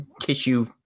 tissue